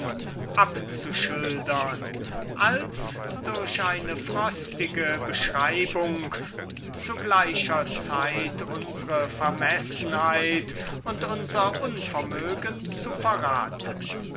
abzuschildern als durch eine frostige beschreibung zu gleicher zeit unsre vermessenheit und unser unvermögen zu verraten